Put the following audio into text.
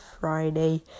friday